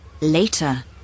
Later